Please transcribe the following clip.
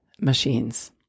machines